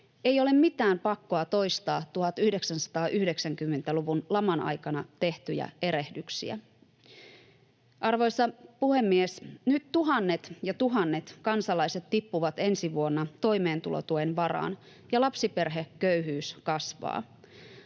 Ei ole mitään pakkoa toistaa 1990-luvun laman aikana tehtyjä erehdyksiä.” Arvoisa puhemies! Nyt tuhannet ja tuhannet kansalaiset tippuvat ensi vuonna toimeentulotuen varaan ja lapsiperheköyhyys kasvaa.